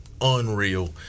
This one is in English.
unreal